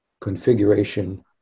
configuration